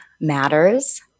matters